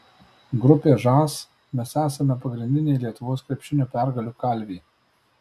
grupė žas mes esame pagrindiniai lietuvos krepšinio pergalių kalviai